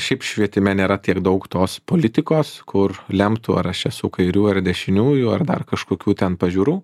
šiaip švietime nėra tiek daug tos politikos kur lemtų ar aš esu kairiųjų ar dešiniųjų ar dar kažkokių ten pažiūrų